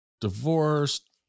divorced